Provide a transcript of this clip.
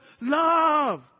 Love